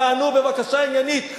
תענו בבקשה עניינית.